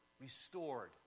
Restored